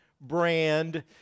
brand